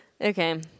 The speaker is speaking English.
Okay